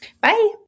Bye